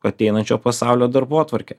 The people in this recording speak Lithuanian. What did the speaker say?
ateinančio pasaulio darbotvarkę